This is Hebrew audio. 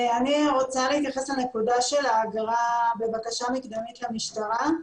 אני רוצה להתייחס לנקודה של האגרה בבקשה מקדמית למשטרה.